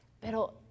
pero